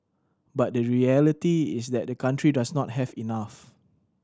but the reality is that the country does not have enough